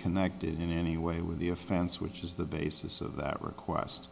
connected in any way with the offense which is the basis of that request